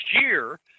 year